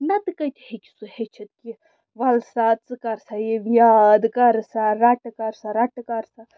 نَتہٕ کَتہِ ہیٚکہِ سُہ ہیٚچھِتھ کہِ وَل سا ژٕ کر سا یہِ یاد کر سا رَٹہٕ کر سا رَٹہٕ کر سا